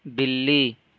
بلی